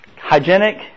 hygienic